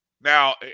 Now